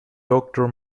doctor